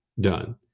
done